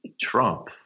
Trump